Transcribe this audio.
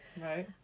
Right